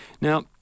Now